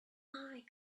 high